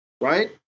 right